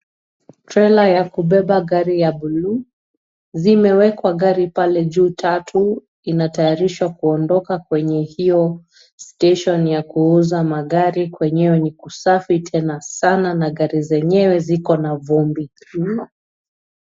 Trela ya kubeba gari ya bluu. Zimewekwa gari pale juu tatu inatayarishwa kuondoka kwenye hiyo stesheni ya kuuza magari, kwenyewe ni kusafi tena sana na gari zenyewe ziko na vumbi.